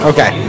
Okay